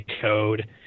code